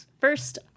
First